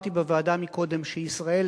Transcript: אמרתי בוועדה קודם שישראל,